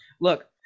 Look